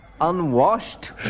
Unwashed